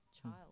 child